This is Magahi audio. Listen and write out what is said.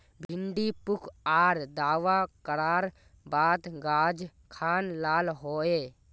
भिन्डी पुक आर दावा करार बात गाज खान लाल होए?